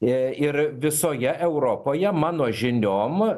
i ir visoje europoje mano žiniom